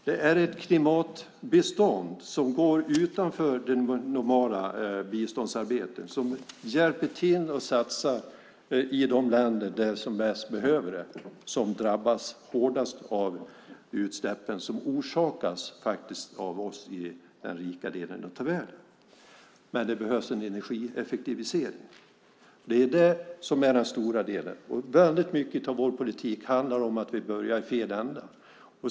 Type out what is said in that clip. Det är ett klimatbistånd som går utanför det normala biståndsarbetet, som hjälper till att satsa i de länder som bäst behöver det, de som drabbas hårdast av utsläppen som orsakas av oss i den rika delen av världen. Men det behövs en energieffektivisering. Det är det som är den stora delen. Väldigt mycket av vår politik handlar om att vi börjar i fel ända.